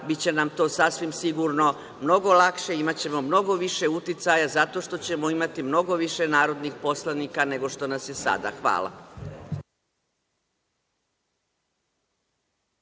biće nam to sasvim sigurno mnogo lakše, imaćemo mnogo više uticaja, zato što ćemo imati mnogo više narodnih poslanika nego što nas je sada. Hvala.